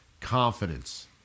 confidence